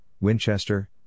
Winchester